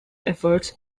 efforts